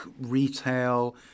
retail